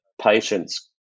patients